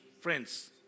friends